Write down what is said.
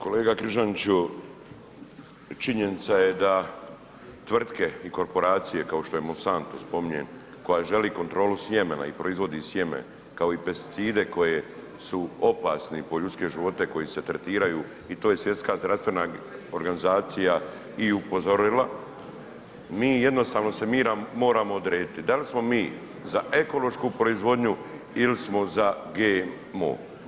Kolega Križaniću, činjenica je da tvrtke i korporacije kao što je Monsanto spominjem, koja želi kontrolu sjemena i proizvodi sjeme kao i pesticide koji su opasni po ljudske živote, koji se tretiraju i to je Svjetska zdravstvena organizacija i upozorila, mi jednostavno se moramo odrediti, da li smo mi za ekološku proizvodnju ili smo za GMO?